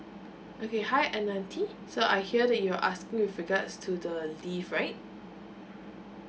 okay hi ananthiy so I hear that you're asking with regards to the leave right